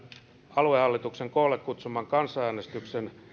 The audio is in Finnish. aluehallituksen koolle kutsuman kansanäänestyksen